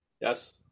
yes